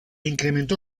incrementó